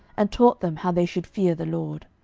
and taught them how they should fear the lord.